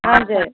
हजुर